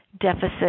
deficit